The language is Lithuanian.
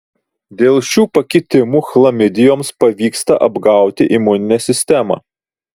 dėl šių pakitimų chlamidijoms pavyksta apgauti imuninę sistemą